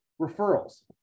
referrals